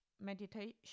meditation